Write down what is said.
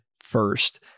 first